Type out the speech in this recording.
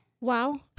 Wow